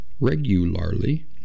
regularly